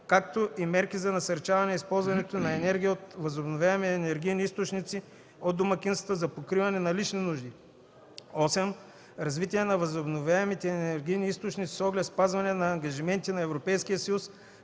както и мерки за насърчаване използването на енергия от възобновяеми енергийни източници от домакинствата за покриване на лични нужди; 8. развитие на възобновяемите енергийни източници с оглед спазване на ангажимента на Европейския съюз